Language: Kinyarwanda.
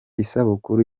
isabukuru